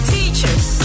Teachers